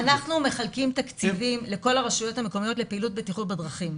אנחנו מחלקים תקציבים לכל הרשויות המקומיות לפעילות בטיחות בדרכים.